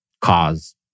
cause